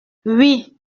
oui